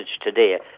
today